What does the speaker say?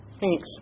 Thanks